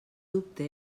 dubte